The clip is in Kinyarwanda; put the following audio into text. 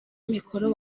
amikoro